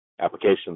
applications